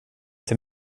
till